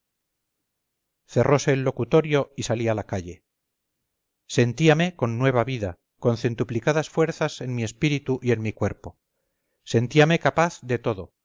cerrose el locutorio y salí a la calle sentíame con nueva vida con centuplicadas fuerzas en mi espíritu y en mi cuerpo sentíame capaz de todo